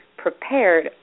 prepared